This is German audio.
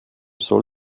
soll